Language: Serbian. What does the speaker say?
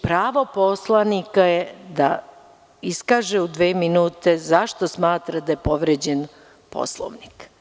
Pravo poslanika je da iskaže u dve minute zašto smatra da je povređen Poslovnik.